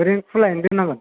ओरैनो खुलायैनो दोननांगोन